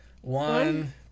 One